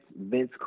Vince